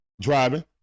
Driving